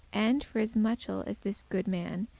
and, for as muchel as this goode man,